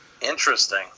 Interesting